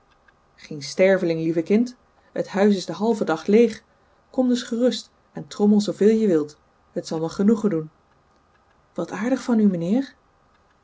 geen sterveling lieve kind het huis is den halven dag leeg kom dus gerust en trommel zooveel je wilt het zal mij genoegen doen wat aardig van u mijnheer